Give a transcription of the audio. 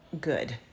good